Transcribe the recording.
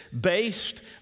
based